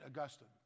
Augustine